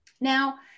Now